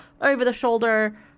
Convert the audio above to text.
over-the-shoulder